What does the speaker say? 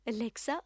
Alexa